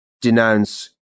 denounce